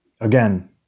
Again